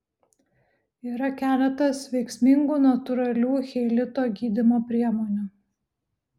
yra keletas veiksmingų natūralių cheilito gydymo priemonių